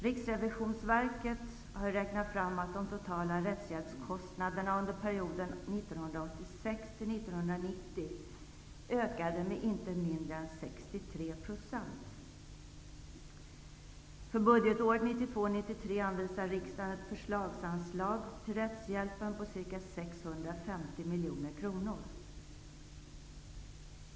Riksrevisionsverket har räknat fram att de totala rättshjälpskostnaderna under perioden 1986--1990 1992/93 anvisade riksdagen ett förslagsanslag till rättshjälpen på ca 650 miljoner kronor.